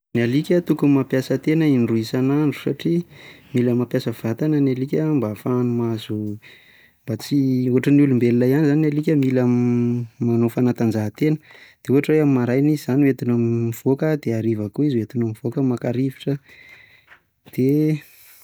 Ny alika tokony mampiasa tena indroa isan'andro satria mila mampiasa vatana ny alika mba ahafahany mahazo mba tsy ohatran'ny olombelona ihany ny alika mila manao fanatanjahatena dia ohatra hoe: amin'ny maraina izy izany hoetina o mivoaka dia hariva koa izy hoetinao mivoaka maka rivotra, dia.